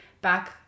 back